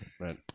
Right